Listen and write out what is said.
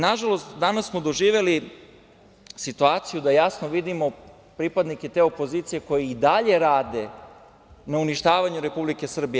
Nažalost, danas smo doživeli situaciju da jasno vidimo pripadnike te opozicije koji i dalje rade na uništavanju Republike Srbije.